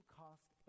cost